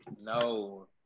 No